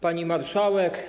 Pani Marszałek!